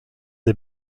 les